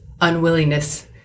unwillingness